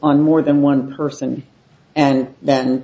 on more than one person and then